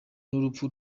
n’urupfu